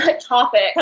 topic